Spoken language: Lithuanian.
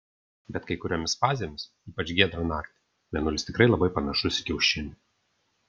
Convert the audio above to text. bet kai kuriomis fazėmis ypač giedrą naktį mėnulis tikrai labai panašus į kiaušinį